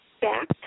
back